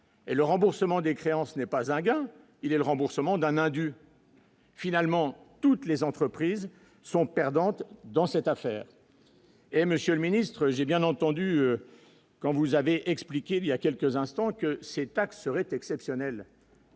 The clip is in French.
le remboursement des créances n'est pas un, il est le remboursement d'un adieu. Finalement, toutes les entreprises sont perdantes dans cette affaire, et monsieur le ministre, j'ai bien entendu, quand vous avez expliqué il y a quelques instants que ces taxes serait exceptionnel.